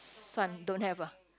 sun don't have ah